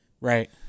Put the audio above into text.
Right